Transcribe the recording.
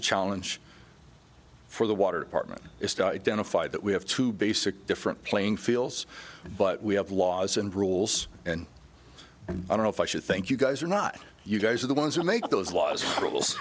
the challenge for the water partner is to identify that we have two basic different playing fields but we have laws and rules and i don't know if i should thank you guys or not you guys are the ones who make those laws rules